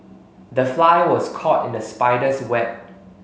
the fly was caught in the spider's web